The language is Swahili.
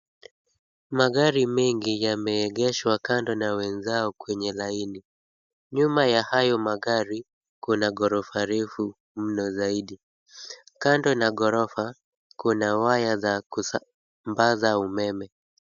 Magari mengi yameegeshwa kando na wenzao kwenye laini. Nyuma ya hayo magari kuna ghorofa refu mno zaidi. Kando na ghorofa kuna wire za kusambaza umeme.